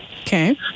Okay